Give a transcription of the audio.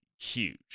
huge